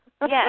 Yes